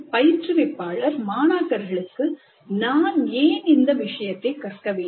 பயிற்றுவிப்பாளர் மாணாக்கர்களுக்கு நான் ஏன் இந்த விஷயத்தை கற்கவேண்டும்